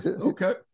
okay